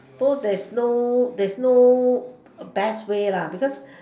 so there is no there is no best way lah because